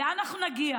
לאן אנחנו נגיע.